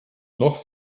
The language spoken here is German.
noch